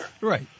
Right